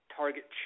target